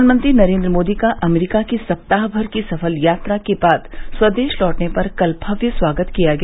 प्रधानमंत्री नरेन्द्र मोदी का अमरीका की सप्ताह भर की सफल यात्रा के बाद स्वदेश लौटने पर कल भव्य स्वागत किया गया